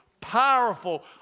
powerful